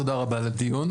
תודה רבה על הדיון.